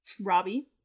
Robbie